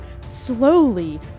slowly